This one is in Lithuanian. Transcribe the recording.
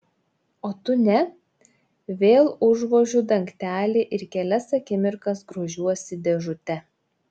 o tu ne vėl užvožiu dangtelį ir kelias akimirkas grožiuosi dėžute